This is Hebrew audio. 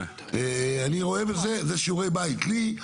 אני רואה בזה שיעורי בית לי,